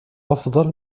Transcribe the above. أفضل